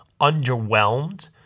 underwhelmed